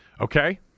Okay